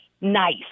nice